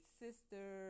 sister